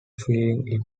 feeling